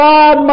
God